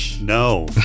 No